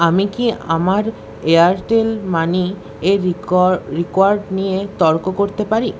আমি কি আমার এয়ারটেল মানিয়ের রেকর্ড নিয়ে তর্ক করতে পারি